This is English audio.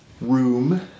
room